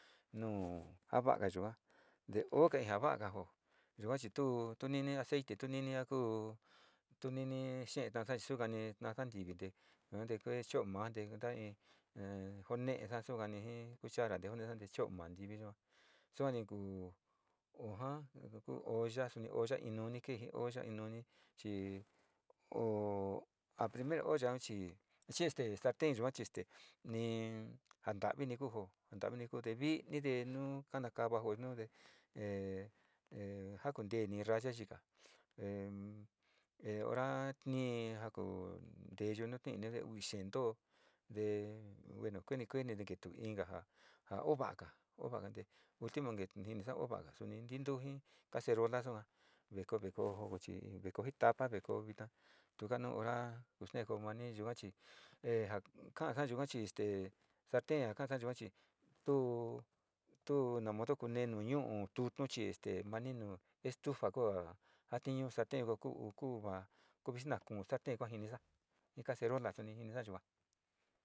Nuu ja va'aga yua, te o de ja va'aga ja yua chi ti, tu ni ni'ira aceite, tu nini'ira kuu tu nini xee takani sukani ntasa ntivi yuate kue cho'o ma te kunta'a in joo jinetes sukani ji cuchara sukani te cho'o ma ntivi yua saani kuu o ja ja ku oya, oya iñuni kii oya inuni chii o primer olla chii, chii este sarten yuq chis ste ni ni jantavini kuu jo jantavini jo te vii te nuu kana kava jo te nu te e, e te juntee ni ni raya yika em ora ni ja ko nteyu nakii uxe ntoo de kueni kueni ni ketuu inkajaa o va'aga o va'aga ntee último te ni nti'i ni sa'a o vaga suni ntintuu jii kacerola sua veko, vekoo ji tapa ve koo vina tuka nu ora kuste ko mani yua chi sarten ka ka ka'a yua chi este mani nu estufa kuu kuntee nu ñu'u nu tutnu chi este mani nu estufa kuu kua ja tinu sarten va kuu ku visna kuu sarten kuja ja jinisa ji cacerola kuu jinisa yuka.